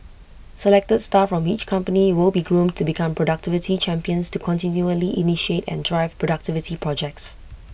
selected staff from each company will be groomed to become productivity champions to continually initiate and drive productivity projects